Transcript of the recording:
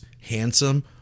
handsome